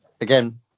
again